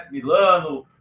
Milano